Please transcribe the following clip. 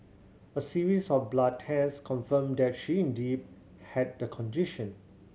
a series of blood test confirmed that she indeed had the condition